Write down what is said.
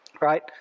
right